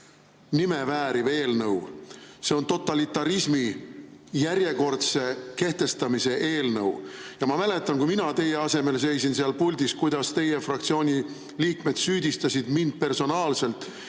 nime vääriv eelnõu. See on totalitarismi järjekordse kehtestamise eelnõu. Ja ma mäletan, kui mina teie asemel seisin seal puldis, kuidas teie fraktsiooni liikmed süüdistasid mind personaalselt